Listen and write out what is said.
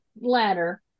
ladder